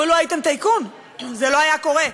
אבל לו הייתם טייקון זה לא היה קורה.